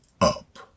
up